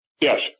Yes